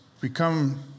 become